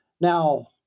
Now